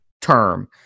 term